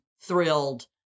thrilled